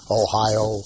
ohio